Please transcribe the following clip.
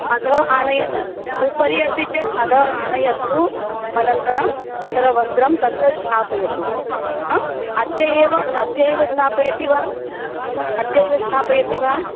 अधः आनयतु उपरि अस्ति चेत् अधः आनयतु अनन्तरं सर्वं वस्त्रं तत्र स्थापयतु हा अद्य एव अद्य एव स्थापयति वा अद्य एव स्थापयति वा